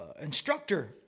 Instructor